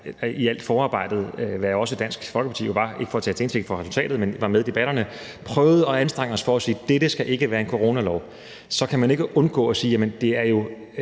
i alt forarbejdet, hvilket også Dansk Folkeparti var – ikke for at tage dem til indtægt for resultatet, men de var med i debatterne – prøvede at anstrenge os i forhold til at sige, at dette ikke skulle være en coronalov, kunne man ikke undgå at sige, at det var